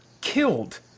killed